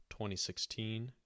2016